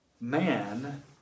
man